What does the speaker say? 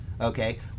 okay